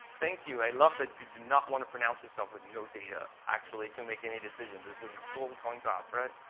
thank you. i love that you do not want to pronounce yourself with no data actually to make any decision. this is a total coin toss right.